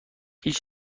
هیچ